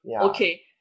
okay